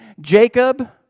Jacob